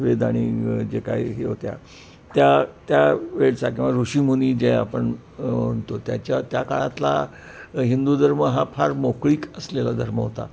वेद आणि जे काय हे होत्या त्या त्या वेळचा किंवा ऋषिमुनी जे आपण म्हणतो त्याच्या त्या काळातला हिंदू धर्म हा फार मोकळीक असलेला धर्म होता